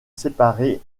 séparer